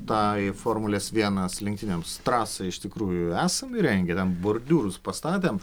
tą formulės vienas lenktynėms trasą iš tikrųjų esam įrengę ten bordiūrus pastatėm